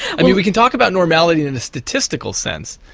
and we we can talk about normality in a statistical sense,